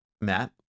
Matt